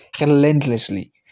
Relentlessly